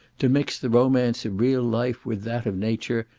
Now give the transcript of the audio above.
to mix the romance of real life with that of nature,